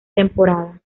temporada